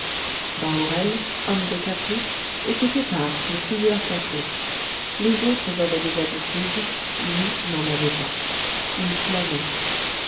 bahorel homme de caprice était épars sur plusieurs cafés les autres avaient des habitudes lui n'en avait pas il